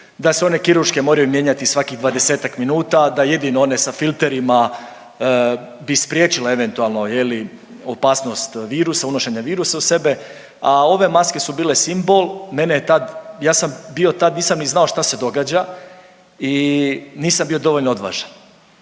da se one kirurške moraju mijenjati svakih 20-tak minuta, da jedino one sa filterima bi spriječile eventualno je li opasnost virusa, unošenje virusa u sebe, a ove maske su bile simbol. Mene je tad, ja sam bio tad, nisam ni znao šta se događa i nisam bio dovoljno odvažan,